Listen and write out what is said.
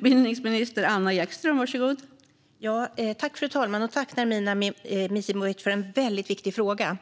Fru talman! Tack, Nermina Mizimovic, för en väldigt viktig fråga!